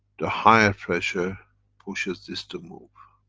the higher pressure pushes this to move.